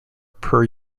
per